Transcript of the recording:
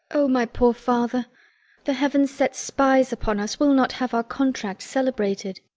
o my poor father the heaven sets spies upon us, will not have our contract celebrated.